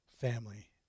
family